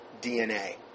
DNA